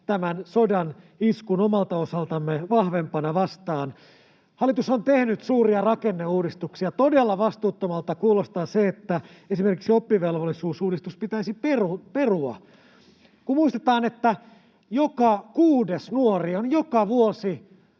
tämän sodan iskun omalta osaltamme vahvempana vastaan. Hallitus on tehnyt suuria rakenneuudistuksia. Todella vastuuttomalta kuulostaa se, että esimerkiksi oppivelvollisuusuudistus pitäisi perua, kun muistetaan, että joka kuudes nuori on joka vuosi,